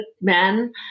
men